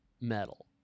metal